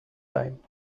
time